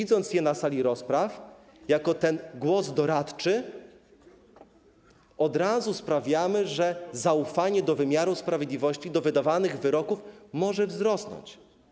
Sadzając je na sali rozpraw jako głos doradczy, od razu sprawiamy, że zaufanie do wymiaru sprawiedliwości do wydawanych wyroków może wzrosnąć.